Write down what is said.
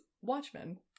watchmen